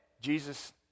Jesus